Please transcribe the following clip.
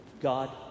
God